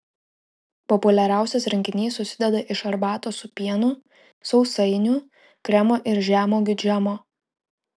populiariausias rinkinys susideda iš arbatos su pienu sausainių kremo ir žemuogių džemo